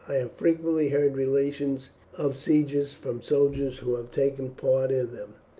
i have frequently heard relations of sieges from soldiers who have taken part in them.